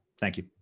thank you.